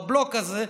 בבלוק הזה,